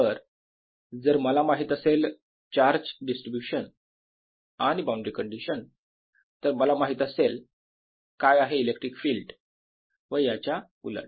तर जर मला माहित असेल चार्ज डिस्ट्रीब्यूशन आणि बाउंड्री कंडिशन तर मला माहित असेल काय आहे इलेक्ट्रिक फील्ड व याच्या उलट